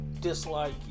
dislike